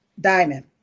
Diamond